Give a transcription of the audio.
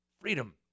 freedom